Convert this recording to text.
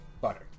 butter